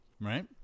right